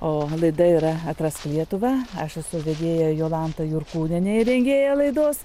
o laida yra atrasti lietuvą aš esu vedėja jolanta jurkūnienė rengėja laidos